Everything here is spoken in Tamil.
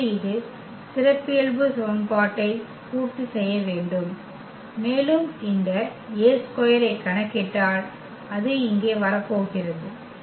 எனவே இது சிறப்பியல்பு சமன்பாட்டை பூர்த்தி செய்ய வேண்டும் மேலும் இந்த A2 ஐ கணக்கிட்டால் அது இங்கே வரப்போகிறது